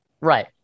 right